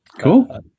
Cool